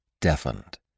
deafened